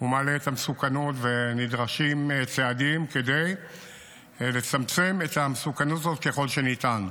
מעלה את המסוכנות ונדרשים צעדים כדי לצמצם את המסוכנות הזאת ככל שניתן.